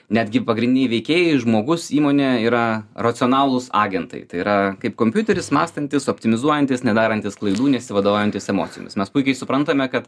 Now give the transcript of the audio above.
netgi pagrindiniai veikėjai žmogus įmonė yra racionalūs agentai tai yra kaip kompiuteris mąstantys optimizuojantys nedarantys klaidų nesivadovaujantis emocijomis mes puikiai suprantame kad